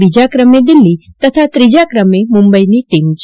બીજા ક્રમે દિલ્હી તથા ત્રીજા ક્રમે મુંબઈની ટીમ છે